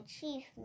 chief